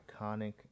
iconic